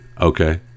okay